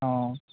অঁ